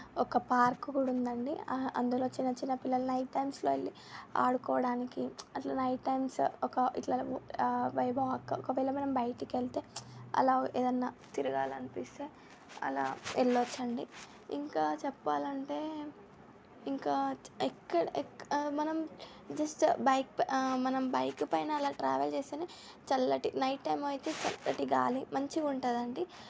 ఒక పార్కు కూడా ఉందండి అందులో చిన్న చిన్న పిల్లలు నైట్ టైమ్స్లో వెళ్ళి ఆడుకోవడానికి అట్లా నైట్ టైమ్స్ ఒక ఇట్లా బై వాక్ ఒకవేళ మనం బయటికి వెళితే అలా ఏదైనా తిరగాలని అనిపిస్తే అలా వెళ్ళొచ్చండి ఇంకా చెప్పాలంటే ఇంకా ఎక్కడ ఎక్కడ మనం జస్ట్ బైక్ మనం బైక్ పైనా అలా ట్రావెల్ చేస్తేనే చల్లటి నైట్ టైం అయితే చక్కటి గాలి మంచిగా ఉంటుందండి